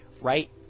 right